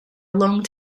long